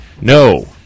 No